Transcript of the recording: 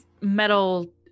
metal